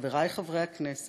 חברי חברי הכנסת,